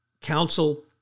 Council